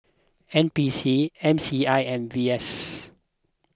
N P C M C I and V S